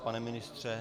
Pane ministře?